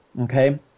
okay